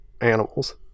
animals